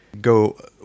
go